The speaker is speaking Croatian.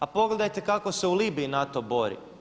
A pogledajte kako se u Libiji NATO bori?